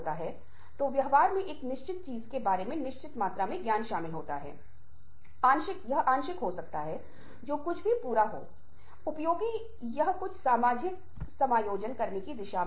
अब जब आप मेरी बात सुन रहे हैं तो आप सब हेड फोन का उपयोग कर सकते है या आप बस में हो सकते हैं आप घर बैठे हो सकते हैं अब आप अपने चारों ओर की अव्वजों को सुनने की कोशिश करें